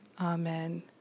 Amen